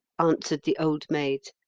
answered the old maid.